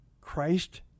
Christ